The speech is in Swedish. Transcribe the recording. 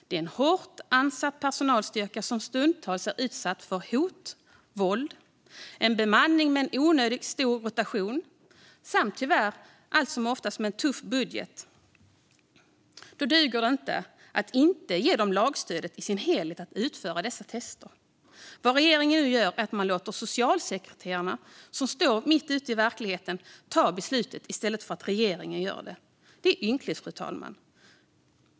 Det är en hårt ansatt personalstyrka som stundtals är utsatt för hot och våld, en bemanning med onödigt stor rotation samt tyvärr allt som oftast en tuff budget. Då duger det inte att inte ge dem lagstödet i sin helhet att utföra dessa tester. Vad regeringen nu gör är att låta de socialsekreterare som står mitt ute i verkligheten ta beslutet, i stället för att regeringen gör det. Det är ynkligt, fru talman.